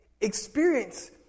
experience